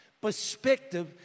Perspective